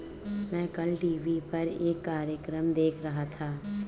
मैं कल टीवी पर एक कार्यक्रम देख रहा था